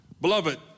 Beloved